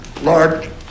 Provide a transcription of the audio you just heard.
Lord